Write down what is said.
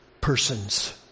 persons